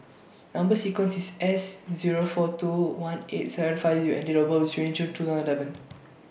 Number sequence IS S Zero four two one eight seven five U and Date of birth IS twenty June two thousand and eleven